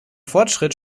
fortschritt